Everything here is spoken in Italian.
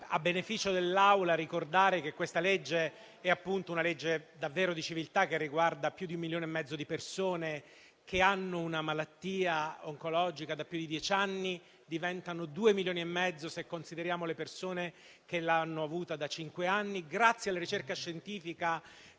a beneficio dell'Aula, che questa è una legge davvero di civiltà che riguarda più di un milione e mezzo di persone che hanno una malattia oncologica da più di dieci anni; diventano due milioni e mezzo se consideriamo le persone che l'hanno avuta da cinque anni. Grazie alla ricerca scientifica